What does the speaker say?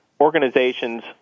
organizations